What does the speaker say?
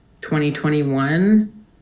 2021